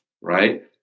right